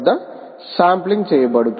2 kilohertz వద్ద sampling చేయబడుతుంది